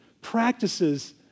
practices